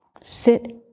Sit